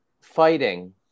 fighting